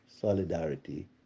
solidarity